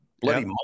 bloody